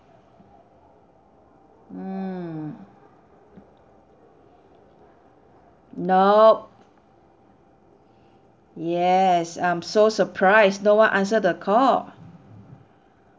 mm nope yes I'm so surprised no one answer the call